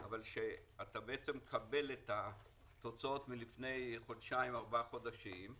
שאתה בעצם מקבל את התוצאות מלפני חודשיים או ארבעה חודשים,